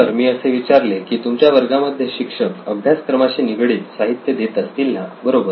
जर मी असे विचारले की तुमच्या वर्गामध्ये शिक्षक अभ्यासक्रमाशी निगडित साहित्य देत असतील ना बरोबर